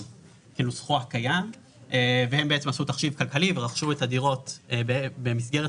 בנוסחו הקיים והן בעצם עשו תחשיב כלכלי ורכשו את הדירות במסגרת